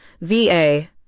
VA